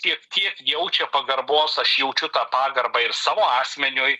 tik tiek jaučia pagarbos aš jaučiu tą pagarbą ir savo asmeniui